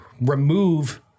remove